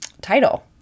title